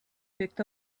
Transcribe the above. picked